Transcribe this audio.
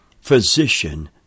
physician